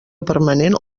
permanent